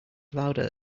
louder